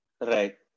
Right